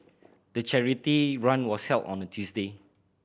the charity run was held on a Tuesday